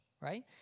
right